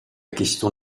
question